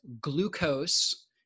glucose